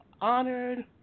honored